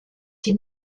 die